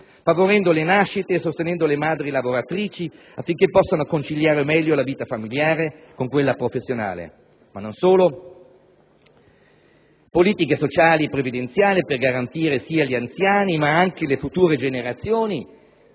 favorendo le nascite e sostenendo le madri lavoratrici, affinché possano conciliare meglio la vita familiare con quella professionale. Vi sono poi le politiche sociali e previdenziali per garantire sia agli anziani, ma anche alle future generazioni